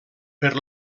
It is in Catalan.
per